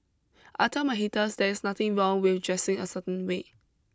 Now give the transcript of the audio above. I tell my haters there is nothing wrong with dressing a certain way